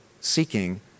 seeking